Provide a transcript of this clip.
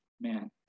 man